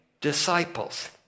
disciples